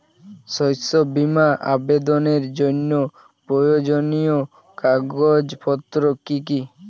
শস্য বীমা আবেদনের জন্য প্রয়োজনীয় কাগজপত্র কি কি?